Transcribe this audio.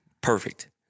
perfect